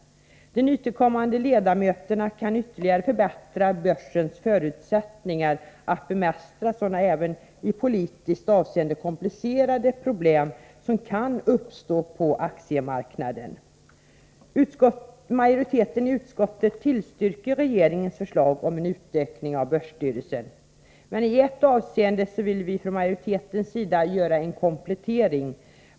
De nytillkommande ledamöterna kan ytterligare förbättra börsens förutsättningar att bemästra sådana ofta även i politiskt avseende komplicerade problem som kan uppstå på aktiemarknaden. Majoriteten i utskottet tillstyrker regeringens förslag om en utökning av börsstyrelsen. Men i ett avseende vill majoriteten göra en komplettering.